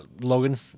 Logan